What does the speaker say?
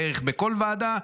ציינתי בערך בכל ועדה,